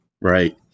right